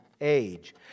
Age